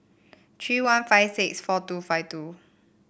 three one five six four two five two